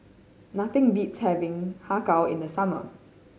nothing beats having Har Kow in the summer